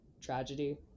tragedy